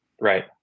Right